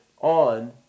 on